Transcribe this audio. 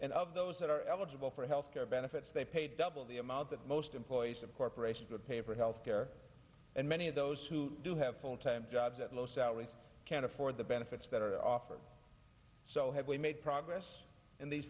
and of those that are eligible for health care benefits they pay double the amount that most employees of corporations would pay for health care and many of those who do have full time jobs at low salaries can't afford the benefits that are offered so have we made progress in these